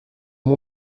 mon